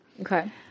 Okay